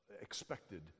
expected